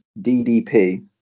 DDP